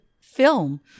film